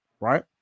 right